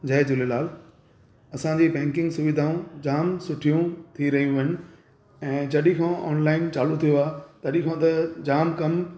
जय झूलेलाल असांजी बैंकिंग सुविधाऊं जाम सुठियूं थी रहियूं आइन ऐं जॾहिं खां ऑनलाइन चालू थियो आहे तॾहिं खां त जाम कमु